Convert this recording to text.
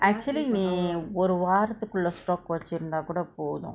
actually நீ ஒரு வாரத்துக்குள்ள:nee oru vaarathukulla stock வச்சிந்தா கூட போது:vachindtha kooda pothu